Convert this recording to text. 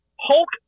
Hulk